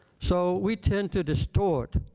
so we tend to distort